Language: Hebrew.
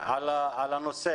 על הנושא?